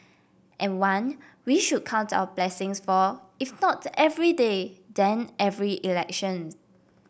and one we should count our blessings for if not every day then every election